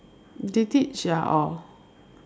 they teach ya all